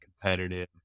competitive